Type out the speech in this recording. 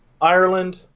Ireland